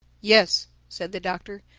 yes, said the doctor,